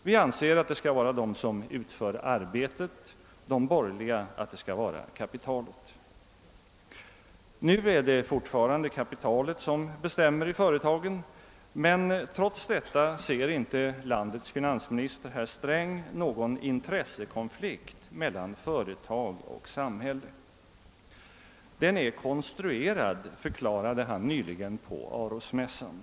Vi anser att det skall vara de som utför arbetet, de borgerliga anser att det skall vara kapitalet. Nu är det fortfarande kapitalet som bestämmer i företagen. Men trots detta ser inte landets finansminister, herr Sträng, någon intressekonflikt mellan företag och samhälle. Den är konstruerad, förklarade han nyligen på Arosmässan.